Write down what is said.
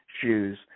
shoes